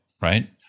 right